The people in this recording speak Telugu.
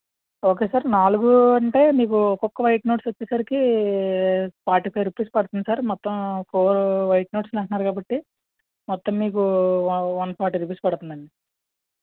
ఓకే సార్ నాలుగు అంటే మీకు ఒక్కొక్క వైట్ నోట్స్ వచ్చేసరికి ఫార్టీ ఫైవ్ రూపీస్ పడుతుంది సార్ మొత్తం ఫోర్ వైట్ నోట్స్లు అంటున్నారు కాబట్టి మొత్తం మీకు వన్ ఫార్టీ రూపీస్ పడుతుందండి